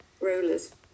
rollers